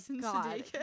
God